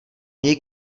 jej